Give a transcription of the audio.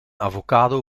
avocado